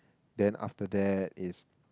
then after that is